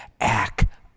Act